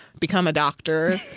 become a doctor.